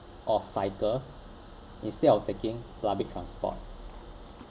or cycle instead of taking public transport